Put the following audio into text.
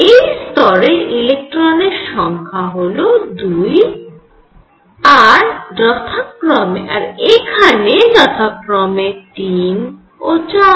এই স্তরে ইলেকট্রনের সংখ্যা হল 2 আর এখানে যথাক্রমে 3 ও 4